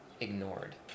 ignored